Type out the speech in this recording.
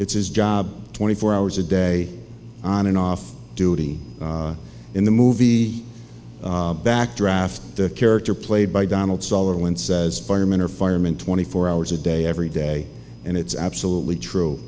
it's his job twenty four hours a day on an off duty in the movie backdraft the character played by donald sutherland says firemen are firemen twenty four hours a day every day and it's absolutely true